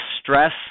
stress